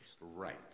Right